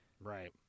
Right